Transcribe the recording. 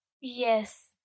Yes